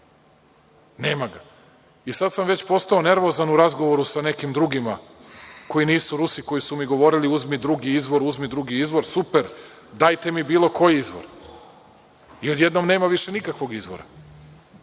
Nema ga. Sada sam već postao nervozan u razgovoru sa nekim drugima koji nisu Rusi, koji su mi govorili uzmi drugi izvor, super, dajte mi bilo koji izvor i odjednom nema više nikakvog izvora.